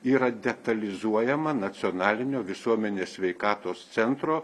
yra detalizuojama nacionalinio visuomenės sveikatos centro